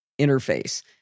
interface